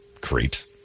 Creeps